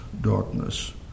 darkness